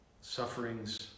sufferings